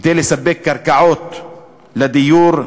כדי לספק קרקעות לדיור,